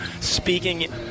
speaking